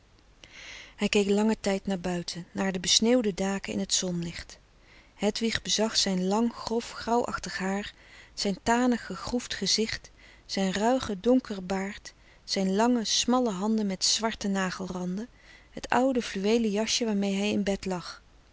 hij keek langen tijd naar buiten naar de besneeuwde daken in t zonlicht hedwig bezag zijn lang grof grauwachtig haar zijn tanig gegroefd gezicht zijn ruige donkere baard zijn lange smalle handen met zwarte nagelranden het oude fluweelen jasje waarmee hij in bed lag